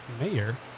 mayor